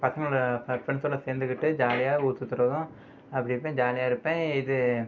பசங்ளோட ப ஃப்ரண்ட்ஸோடா சேர்ந்துக்கிட்டு ஜாலியாக ஊர் சுற்றுறதும் அப்படி இருப்பேன் ஜாலியாக இருப்பேன் இது